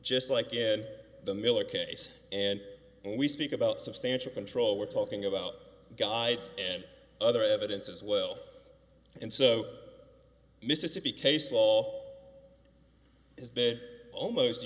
just like in the miller case and we speak about substantial control we're talking about guides and other evidence as well and so mississippi case law is that almost